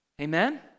Amen